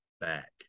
back